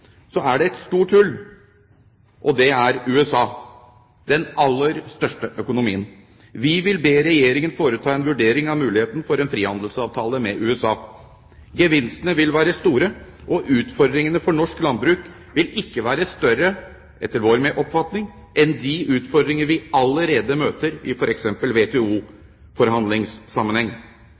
så er det et stort hull, og det er USA – den aller største økonomien. Vi vil be Regjeringen foreta en vurdering av muligheten for en frihandelsavtale med USA. Gevinstene vil være store, og utfordringene for norsk landbruk vil ikke være større, etter vår oppfatning, enn de utfordringene vi allerede møter i